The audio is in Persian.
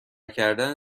کردن